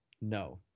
No